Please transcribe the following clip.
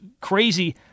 crazy